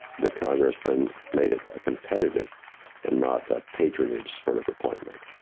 the congressman made it a competitive and not ah patronage sort of appointment.